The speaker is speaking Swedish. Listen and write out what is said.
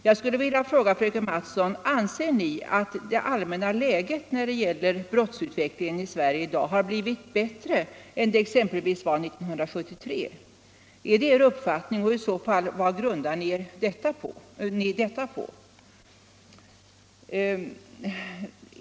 Jag vill fråga fröken Mattson: Anser ni att det allmänna läget när det gäller brottsutvecklingen i Sverige i dag har blivit bättre än exempelvis 1973? Är det er uppfattning och vad grundar ni den i så fall på?